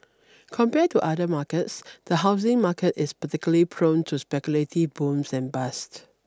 compared to other markets the housing market is particularly prone to speculative booms and bust